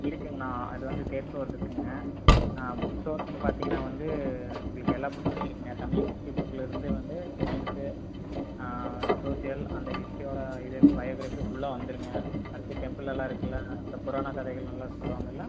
இருக்குங்கணா அது வந்து தேர்ட் ஃப்ளோரில் இருக்குங்க ஆ புக் டோக்கன் பார்த்திங்கனா வந்து உங்களுக்கு எல்லா புக்குமே இருக்குங்க தமிழ் ஹிஸ்ட்ரி புக்குலர்ந்து வந்து சைன்ஸு ஆ சோசியல் அந்த ஹிஸ்ட்ரியோட இது பயோகிராஃபி ஃபுல்லாக வந்துருங்க அடுத்து டெம்புளெல்லாம் இருக்குல்ல அந்த புராணக்கதைகளை எல்லாம் சொல்லுவாங்கல்ல